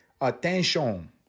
attention